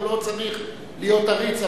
הוא לא צריך להיות עריץ,